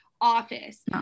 office